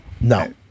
No